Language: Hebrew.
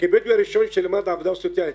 כבדואי הראשון שלמד עבודה סוציאלית,